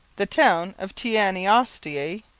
the town of teanaostaiae,